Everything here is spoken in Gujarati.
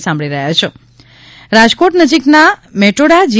રાજ્યપાલ રાજકોટ નજીકના મેટોડા જી